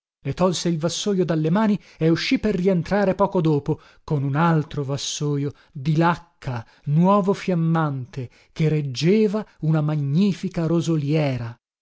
le tolse il vassojo dalle mani e uscì per rientrare poco dopo con un altro vassojo di lacca nuovo fiammante che reggeva una magnifica rosoliera un